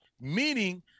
meaning